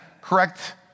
correct